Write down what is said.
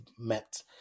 met